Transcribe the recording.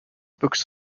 books